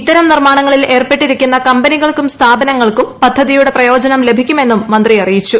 ഇത്തരം നിർമ്മാണങ്ങളിൽ ഏർപ്പെട്ടിരിക്കുന്ന കമ്പനികൾക്കും സ്ഥാപനങ്ങൾക്കും പദ്ധതിയുടെ പ്രയോജനം ലഭിക്കുമെന്നും മന്ത്രി അറിയിച്ചു